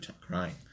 crying